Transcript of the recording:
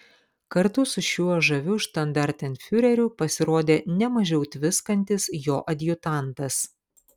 kartu su šiuo žaviu štandartenfiureriu pasirodė ne mažiau tviskantis jo adjutantas